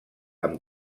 amb